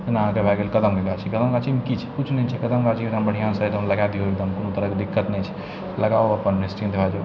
जेना अहाँके भए गेल कदमके गाछी कदम गाछीमे की छै किछ नहि छै बढ़िआँसँ एगदम लगाए दियौ एगदम कोनो तरहके दिक्कत नहि छै लगाव अपन निश्चिन्त भए जाउ